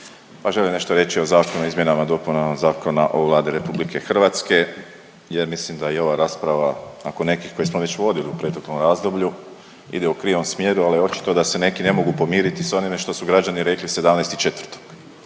tajnici. … nešto reći o Zakonu o izmjenama i dopunama Zakona o Vladi RH jer mislim da je ova rasprava oko nekih koje smo već vodili u proteklom razdoblju ide u krivom smjeru, ali očito da se neki ne mogu pomoriti s onime što su građani rekli 17.4., ne mogu